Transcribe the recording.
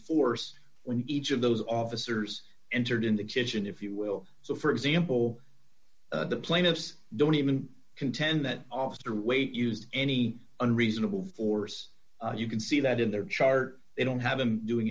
force when each of those officers entered in the kitchen if you will so for example the plaintiffs don't even contend that oscar weight used any unreasonable force you can see that in their chart they don't have him doing